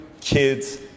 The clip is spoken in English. kids